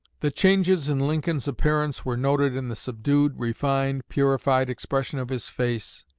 the changes in lincoln's appearance were noted in the subdued, refined, purified expression of his face,